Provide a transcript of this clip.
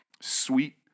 sweet